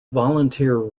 volunteer